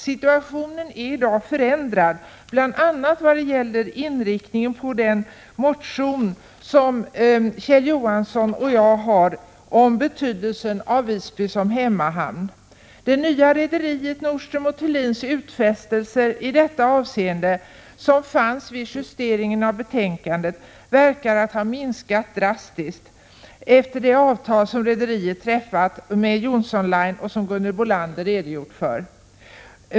Situationen i dag är förändrad bl.a. vad gäller inriktningen på den motion som Kjell Johansson och jag har väckt om betydelsen av Visby som hemmahamn. Det nya rederiet Nordström & Thulins utfästelse i detta avseende — som fanns vid justeringen av betänkandet — verkar ha minskat drastiskt efter det träffade avtal som rederiet träffat med Johnson Line och som Gunhild Bolander redogjorde för.